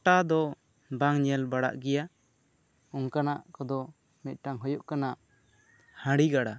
ᱜᱚᱴᱟ ᱫᱚ ᱵᱟᱝ ᱧᱮᱞ ᱵᱟᱲᱟᱜ ᱜᱮᱭᱟ ᱚᱱᱠᱟᱱᱟᱜ ᱠᱚᱫᱚ ᱢᱤᱫᱴᱟᱹᱝ ᱦᱩᱭᱩᱜ ᱠᱟᱱᱟ ᱦᱟᱹᱲᱤᱜᱟᱲᱟ